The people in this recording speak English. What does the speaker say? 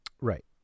Right